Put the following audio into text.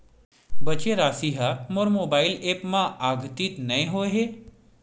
बचे राशि हा मोर मोबाइल ऐप मा आद्यतित नै होए हे